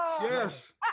Yes